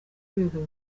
rwego